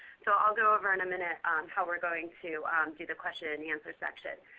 so i'll go over in a minute how we're going to do the question and answer section.